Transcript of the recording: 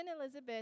Elizabeth